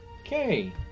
Okay